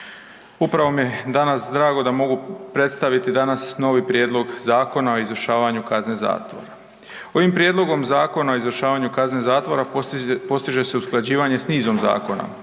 Upravo mi je danas drago da mogu predstaviti danas novi Prijedlog Zakona o izvršavanju kazne zatvora. Ovim prijedlogom Zakona o izvršavanju kazne zatvora postiže se usklađivanje s nizom zakona.